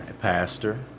pastor